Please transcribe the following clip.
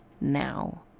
now